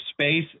space